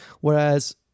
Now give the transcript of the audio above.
Whereas